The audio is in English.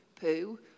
poo